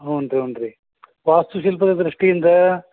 ಹ್ಞೂ ರೀ ಹ್ಞೂ ರೀ ವಾಸ್ತುಶಿಲ್ಪದ ದೃಷ್ಟಿಯಿಂದ